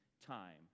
time